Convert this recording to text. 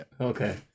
Okay